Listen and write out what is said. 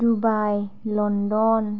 Dubai London